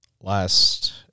last